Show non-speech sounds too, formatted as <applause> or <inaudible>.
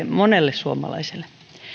<unintelligible> monelle suomalaiselle